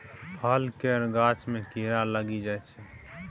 फल केर गाछ मे कीड़ा लागि जाइ छै